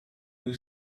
you